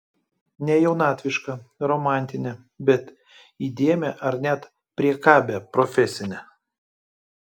ne jaunatvišką romantinę bet įdėmią ar net priekabią profesinę